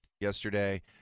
yesterday